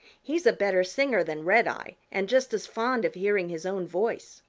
he's a better singer than redeye and just as fond of hearing his own voice.